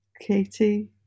Katie